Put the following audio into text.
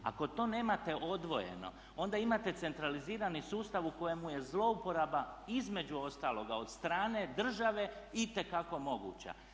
Ako to nemate odvojeno onda imate centralizirani sustav u kojemu je zlouporaba između ostaloga od strane države itekako moguća.